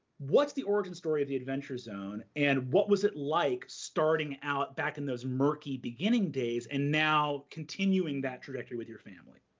what's the origin story of the adventure zone, and what was it like starting out back in those murky beginning days and now continuing that trajectory with your family?